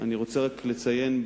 אני רוצה רק לציין,